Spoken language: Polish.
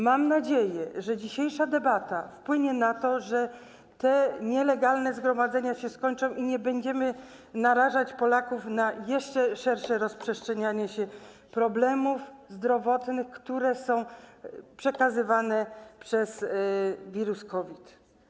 Mam nadzieję, że dzisiejsza debata wpłynie na to, że te nielegalne zgromadzenia się skończą i nie będziemy narażać Polaków na jeszcze szersze rozprzestrzenianie się problemów zdrowotnych, które są spowodowane przez wirus COVID.